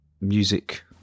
music